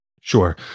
sure